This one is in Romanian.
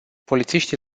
polițiștii